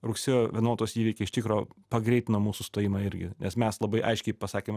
rugsėjo vienuoliktos įvykiai iš tikro pagreitino mūsų stojimą irgi nes mes labai aiškiai pasakėm